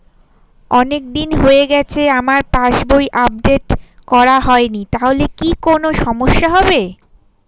অনেকদিন হয়ে গেছে আমার পাস বই আপডেট করা হয়নি তাহলে কি কোন সমস্যা হবে?